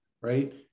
right